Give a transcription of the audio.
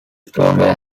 stronger